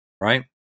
Right